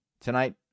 Tonight